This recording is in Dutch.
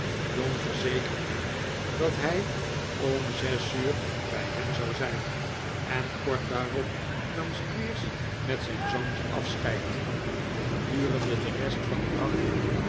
john verzekerde hem dat hij om zes uur bij hem zou zijn en kort daarop nam squeers met zijn zoontje afscheid gedurende de rest van den dag